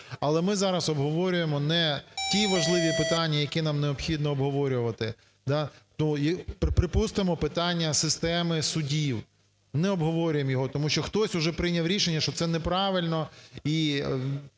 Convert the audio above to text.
Але ми зараз обговорюємо не ті важливі питання, які нам необхідно обговорювати. Припустимо, питання системи судів. Не обговорюємо його, тому що хтось уже прийняв рішення, що це неправильно